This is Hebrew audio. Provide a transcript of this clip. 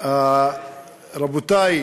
רבותי,